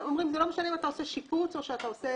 אומרים: לא משנה אם אתה עושה שיפוץ או אתה עושה